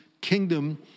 kingdom